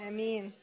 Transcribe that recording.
Amen